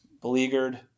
beleaguered